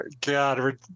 God